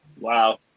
Wow